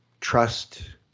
trust